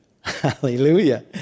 Hallelujah